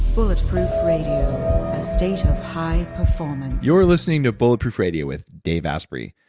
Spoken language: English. bulletproof radio, a state of high performance you're listening to bulletproof radio with dave asprey.